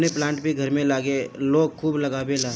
मनी plant भी घर में लोग खूब लगावेला